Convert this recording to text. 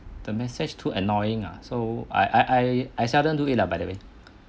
the message too annoying ah so I I I seldom do it lah by the way